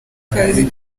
kazi